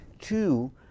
Two